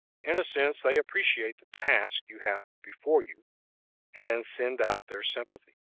in a sense, they appreciate the task you have before you and send out their sympathy.